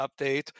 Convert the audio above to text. update